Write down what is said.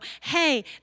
hey